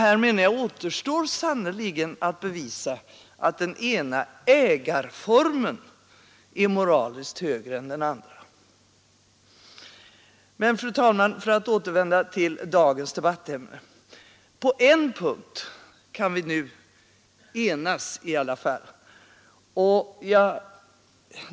Här återstår, menar jag, sannerligen att bevisa att den ena ägarformen är moraliskt lägre än den andra. Men, fru talman, för att återvända till dagens debattämne, på en punkt kan vi i alla fall enas.